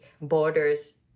borders